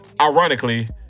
ironically